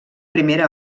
primera